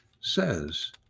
says